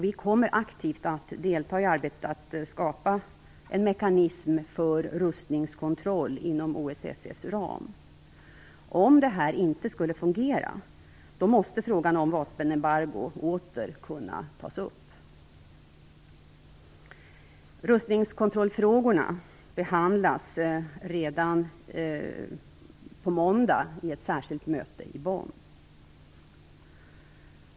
Vi kommer aktivt att delta i arbetet att skapa en mekanism för rustningskontroll inom OSSE:s ram. Om detta inte skulle fungera, måste frågan om vapenembargo åter kunna tas upp. Rustningskontrollsfrågorna behandlas redan på måndag i ett särskilt möte i Bonn.